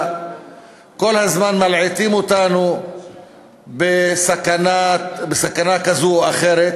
כל הזמן מלעיטות אותנו בסכנה כזאת או אחרת.